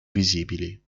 visibili